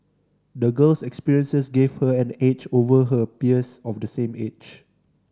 the girl's experiences gave her an edge over her peers of the same age